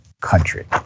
country